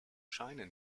scheine